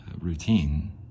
routine